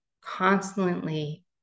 constantly